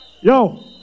Yo